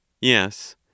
Yes